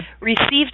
received